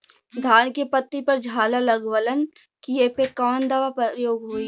धान के पत्ती पर झाला लगववलन कियेपे कवन दवा प्रयोग होई?